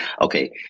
okay